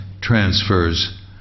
transfers